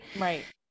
right